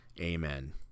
Amen